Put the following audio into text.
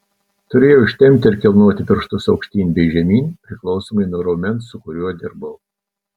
turėjau ištempti ir kilnoti pirštus aukštyn bei žemyn priklausomai nuo raumens su kuriuo dirbau